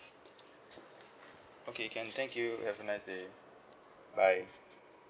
okay can thank you have a nice day bye